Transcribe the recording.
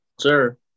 Sir